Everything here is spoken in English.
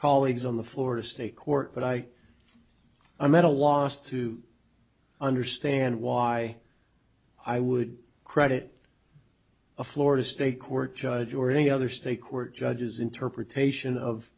colleagues on the florida state court but i i'm at a loss to understand why i would credit a florida state court judge or any other state court judge's interpretation of